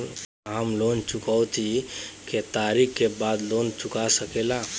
का हम लोन चुकौती के तारीख के बाद लोन चूका सकेला?